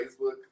Facebook